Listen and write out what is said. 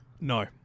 No